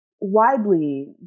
widely